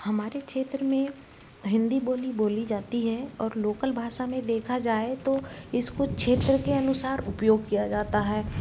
हमारे क्षेत्र में हिंदी बोली बोली जाती है और लोकल भाषा में देखा जाए तो इसको क्षेत्र के अनुसार उपयोग किया जाता है